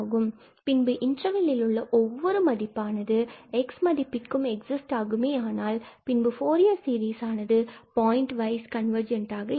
ஆனால் பின்பு இன்டர்வெல்லில் உள்ள ஒவ்வொரு மதிப்பானது x மதிப்பிற்கும் எக்ஸிஸ்ட் ஆகுமேயானால் பின்பு ஃபூரியர் சீரிஸ் ஆனது பாயிண்ட் வைஸ் கன்வர்ஜெண்ட் ஆக இருக்கும்